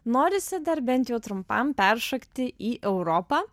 norisi dar bent jau trumpam peršokti į europą